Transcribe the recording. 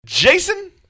Jason